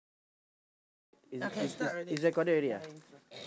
is is is is recorded already ah